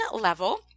level